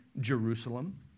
Jerusalem